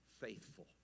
Faithful